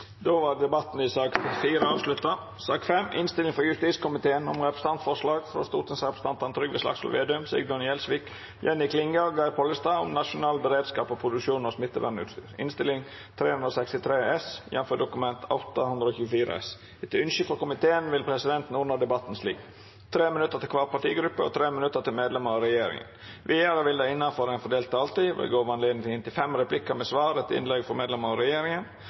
Då er debatten i sak nr. 4 avslutta. Etter ynske frå komiteen vil presidenten ordna debatten slik: 3 minutt til kvar partigruppe og 3 minutt til medlemer av regjeringa. Vidare vil det – innanfor den fordelte taletida – verta gjeve høve til inntil fem replikkar med svar etter innlegg frå medlemer av regjeringa,